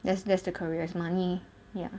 that's that's the careers money ya